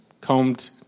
combed